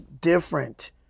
different